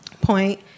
point